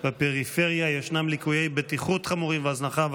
בפריפריה ישנם ליקויי בטיחות חמורים והזנחה.